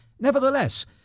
Nevertheless